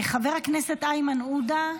חבר הכנסת איימן עודה.